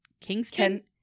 kingston